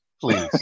please